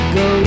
go